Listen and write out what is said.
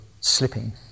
slipping